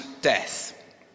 death